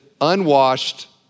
unwashed